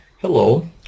Hello